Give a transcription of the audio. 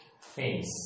face